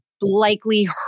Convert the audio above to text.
likely